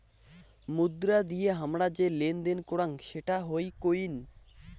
মুদ্রা দিয়ে হামরা যে লেনদেন করাং সেটা হই কোইন